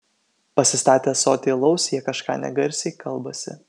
pasistatę ąsotį alaus jie kažką negarsiai kalbasi